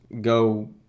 go